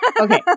Okay